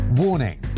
Warning